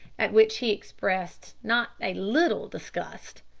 at which he expressed not a little disgust.